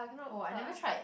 oh I never tried